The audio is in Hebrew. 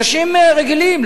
אנשים רגילים,